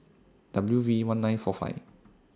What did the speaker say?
W V one nine four five